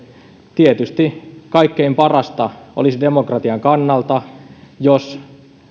tietysti kaikkein parasta demokratian kannalta olisi jos